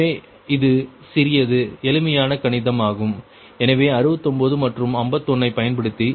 எனவே இது சிறிது எளிமையான கணிதம் ஆகும் எனவே 69 மற்றும் 51 ஐ பயன்படுத்தி